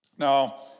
Now